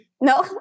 No